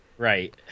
Right